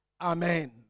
Amen